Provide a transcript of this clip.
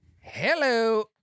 hello